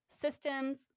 systems